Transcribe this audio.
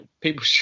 People